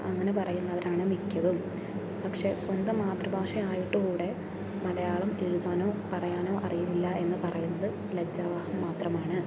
അങ്ങനെ പറയുന്നവരാണ് മിക്കതും പക്ഷെ സ്വന്തം മാതൃഭാഷ ആയിട്ടു കൂടി മലയാളം എഴുതാനോ പറയാനോ അറിയില്ല എന്ന് പറയുന്നത് ലജ്ജാവഹം മാത്രമാണ്